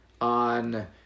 On